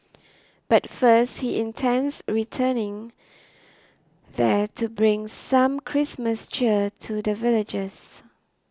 but first he intends returning there to bring some Christmas cheer to the villagers